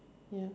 ya